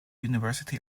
university